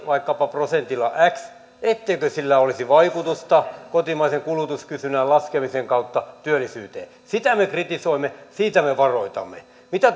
vaikkapa prosentilla x olisi vaikutusta kotimaisen kulutuskysynnän laskemisen kautta työllisyyteen sitä me kritisoimme siitä me varoitamme mitä